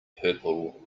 purple